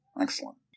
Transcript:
Excellent